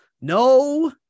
no